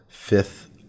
fifth